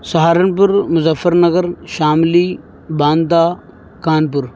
Saharanpur Muzaffarnagar Shamli Banda Kanpur